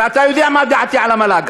ואתה יודע מה דעתי על המל"ג,